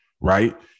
right